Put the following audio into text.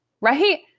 right